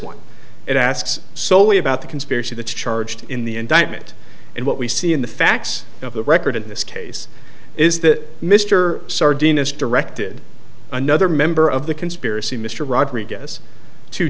point it asks solely about the conspiracy that's charged in the indictment and what we see in the facts of the record in this case is that mr dean is directed another member of the conspiracy mr rodriguez to